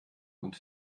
und